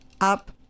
up